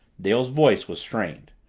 dale's voice was strained.